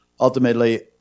Ultimately